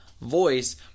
voice